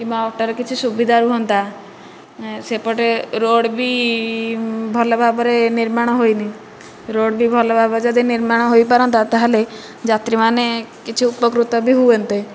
କିମ୍ବା ଅଟୋର କିଛି ସୁବିଧା ରୁହନ୍ତା ସେପଟେ ରୋଡ଼ ବି ଭଲ ଭାବରେ ନିର୍ମାଣ ହୋଇନି ରୋଡ଼ ବି ଭଲ ଭାବରେ ଯଦି ନିର୍ମାଣ ହୋଇପାରନ୍ତା ତାହେଲେ ଯାତ୍ରୀମାନେ କିଛି ଉପକୃତ ବି ହୁଅନ୍ତେ